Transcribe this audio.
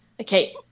Okay